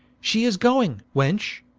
she is going wench.